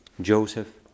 Joseph